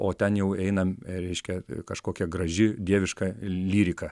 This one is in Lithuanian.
o ten jau einam reiškia kažkokia graži dieviška lyrika